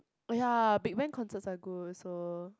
oh ya Big Bang concerts are good also